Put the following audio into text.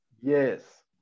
Yes